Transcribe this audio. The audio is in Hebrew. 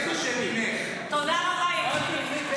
השם עימך.